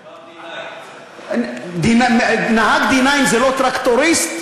הוא אמר D9. נהג D9 זה לא טרקטוריסט?